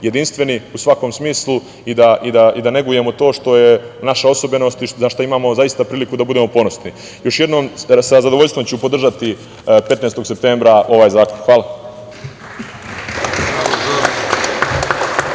jedinstveni u svakom smislu i da negujemo to što je naša osobenost i za šta imamo zaista priliku da budemo ponosni. Još jednom, sa zadovoljstvom ću podržati 15. septembra ovaj zakon. Hvala.